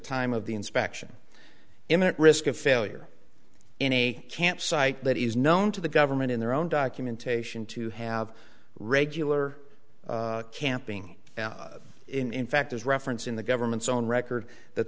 time of the inspection imminent risk of failure any campsite that is known to the government in their own documentation to have regular camping in fact as reference in the government's own record that